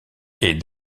est